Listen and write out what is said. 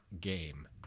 game